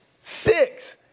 Six